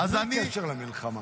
בלי קשר למלחמה,